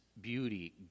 beauty